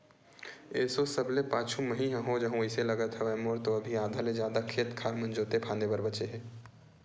एसो सबले पाछू मही ह हो जाहूँ अइसे लगत हवय, मोर तो अभी आधा ले जादा खेत खार मन जोंते फांदे बर बचें हे